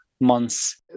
months